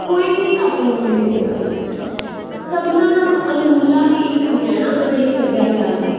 ਕੋਈ ਵੀ ਘੱਟ ਨਹੀਂ ਹੈ ਕਿਸੇ ਨਾਲੋਂ ਸਭਨਾਂ ਦਾ ਅਣਮੁੱਲਾ ਹੀ ਇੱਕ ਗਹਿਣਾ ਹਨ ਇਹ ਸੱਭਿਆਚਾਰ ਦਾ